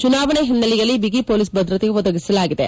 ಚುನಾವಣೆ ಹಿನ್ನೆಲೆಯಲ್ಲಿ ಬಿಗಿ ಮೊಲೀಸ್ ಭದ್ರತೆ ಒದಗಿಸಲಾಗಿದೆ